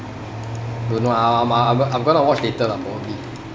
don't know I'm I'm I'm gonna watch later lah probably